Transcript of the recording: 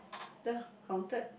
ya counted